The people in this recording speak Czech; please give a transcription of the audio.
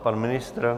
Pan ministr?